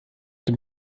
dem